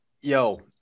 Yo